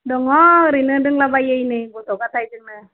दङ ओरैनो दोंलाबायो नै गथ' गथायजोंनो